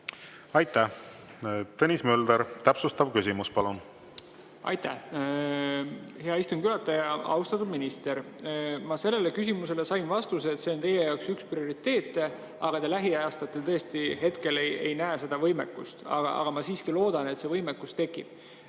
Aitäh! Tõnis Mölder, täpsustav küsimus, palun! Aitäh, hea istungi juhataja! Austatud minister! Ma sellele küsimusele sain vastuse, et see on teie jaoks üks prioriteete, aga te lähiaastatel ei näe seda võimekust. Ma siiski loodan, et see võimekus tekib. Nüüd,